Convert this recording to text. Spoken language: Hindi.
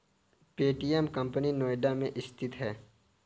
पे.टी.एम कंपनी नोएडा में स्थित है